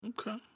okay